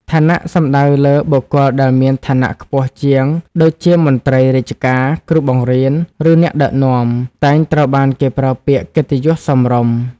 ឋានៈសំដៅលើ បុគ្គលដែលមានឋានៈខ្ពស់ជាងដូចជាមន្ត្រីរាជការ គ្រូបង្រៀន ឬអ្នកដឹកនាំ តែងត្រូវបានគេប្រើពាក្យកិត្តិយសសមរម្យ។